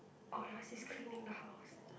or else he's cleaning the house